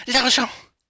l'argent